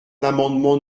l’amendement